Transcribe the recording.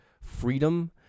freedom